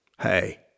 Hey